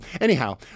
Anyhow